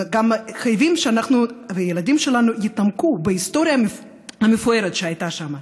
גם חייבים שאנחנו והילדים שלנו נתעמק בהיסטוריה המפוארת שהייתה שם.